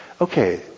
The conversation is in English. okay